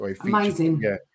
amazing